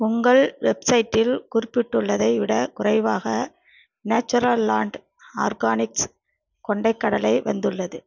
உங்கள் வெப்சைட்டில் குறிப்பிட்டுள்ளதை விடக் குறைவாக நேச்சுரல் லாண்ட் ஆர்கானிக்ஸ் கொண்டைக் கடலை வந்துள்ளது